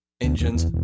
engines